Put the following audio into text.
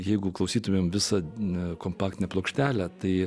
jeigu klausytumėm visai ne kompaktinę plokštelę tai